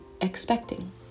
expecting